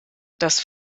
das